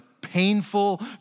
painful